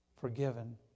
forgiven